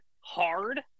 hard